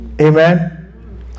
Amen